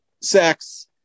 sex